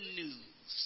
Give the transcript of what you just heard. news